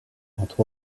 entre